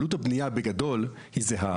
עלות הבנייה בגדול היא זהה.